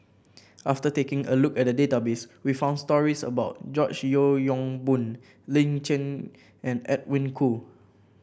after taking a look at the database we found stories about George Yeo Yong Boon Lin Chen and Edwin Koo